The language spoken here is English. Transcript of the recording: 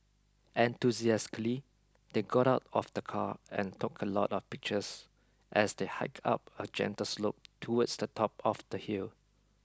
enthusiastically they got out of the car and took a lot of pictures as they hiked up a gentle slope towards the top of the hill